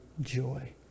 joy